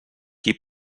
qui